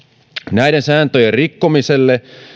näiden sääntöjen rikkomisesta